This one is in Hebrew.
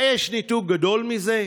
היש ניתוק גדול מזה?